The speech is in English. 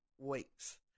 weeks